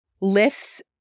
lifts